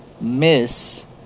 Miss